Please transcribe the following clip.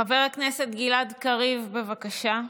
חבר הכנסת גלעד קריב, בבקשה.